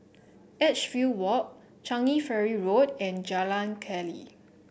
Edgefield Walk Changi Ferry Road and Jalan Keli